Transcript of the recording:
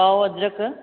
पाउ अदरक